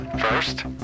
First